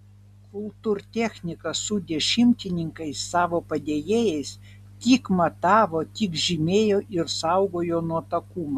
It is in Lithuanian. kultūrtechnikas su dešimtininkais savo padėjėjais tik matavo tik žymėjo ir saugojo nuotakumą